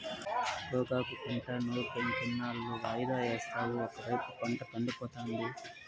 గోగాకు పంట నూర్పులింకెన్నాళ్ళు వాయిదా యేస్తావు ఒకైపు పంట ఎండిపోతాంది